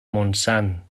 montsant